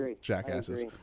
jackasses